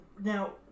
Now